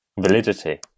validity